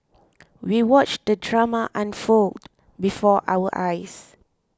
we watched the drama unfold before our eyes